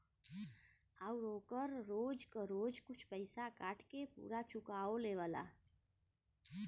आउर ओकर रोज क रोज कुछ पइसा काट के पुरा चुकाओ लेवला